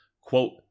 Quote